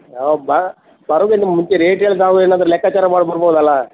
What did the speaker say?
ನಾವು ಬರೋಕ್ಕಿಂತ ಮುಂಚೆ ರೇಟ್ ಹೇಳ್ದ್ ನಾವು ಏನಾದರೂ ಲೆಕ್ಕಾಚಾರ ಮಾಡಿ ಬರ್ಬೋದಲ್ಲ